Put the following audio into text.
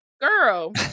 girl